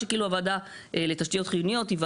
בכל מה שקשור בתשתיות מקומיות וקל וחומר,